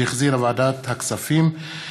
שהחזירה ועדת הכספים.